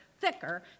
thicker